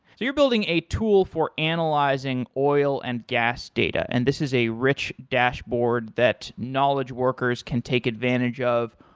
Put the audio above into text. you're building a tool for analyzing oil and gas data and this is a rich dashboard that knowledge workers can take advantage of.